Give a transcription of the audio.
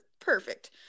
perfect